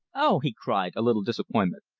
oh! he cried, a little disappointed,